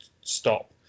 stop